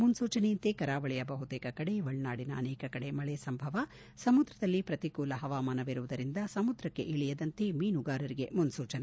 ಮುನ್ಸೂಚನೆಯಂತೆ ಕರಾವಳಿಯ ಬಹುತೇಕ ಕಡೆ ಒಳನಾಡಿನ ಅನೇಕ ಕಡೆ ಮಳೆ ಸಂಭವ ಸಮುದ್ರದಲ್ಲಿ ಪ್ರತಿಕೂಲ ಹವಾಮಾನವಿರುವುದರಿಂದ ಸಮುದ್ರಕ್ಕೆ ಇಳಿಯದಂತೆ ಮೀನುಗಾರರಿಗೆ ಮುನ್ಲೂಚನೆ